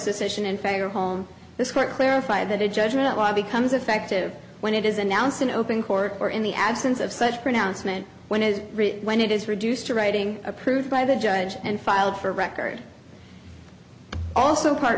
decision in favor of home this court clarify that a judgment law becomes effective when it is announced in open court or in the absence of such pronouncement when is when it is reduced to writing approved by the judge and filed for record also part